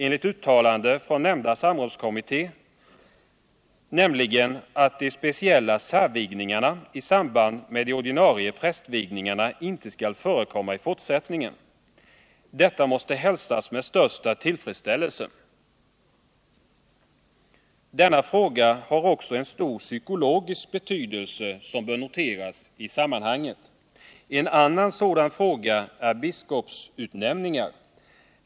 Enligt ett uttalande från samrådskommittén skall nämligen de speciella särvigningarna i samband med de ordinarie prästvigningarna inte förekomma i förtsättningen. Detta måste hälsas med största villfredsställelse. Denna fråga har också stor psykologisk betydelse som bör noteras i sammanhanget. En annan sådan fråga är biskopsutnämningarna.